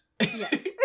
Yes